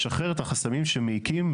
לשחרר את החסמים שמעיקים,